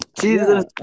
Jesus